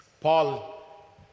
Paul